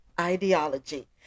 ideology